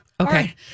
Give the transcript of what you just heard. Okay